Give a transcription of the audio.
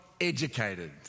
educated